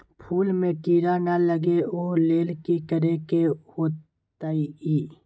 फूल में किरा ना लगे ओ लेल कि करे के होतई?